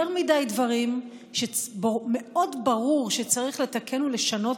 יותר מדי דברים שמאוד ברור שצריך לתקן ולשנות